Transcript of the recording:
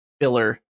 filler